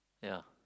ya